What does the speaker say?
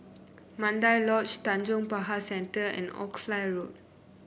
Mandai Lodge Tanjong Pagar Centre and Oxley Road